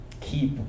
keep